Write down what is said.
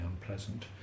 unpleasant